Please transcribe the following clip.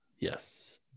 Yes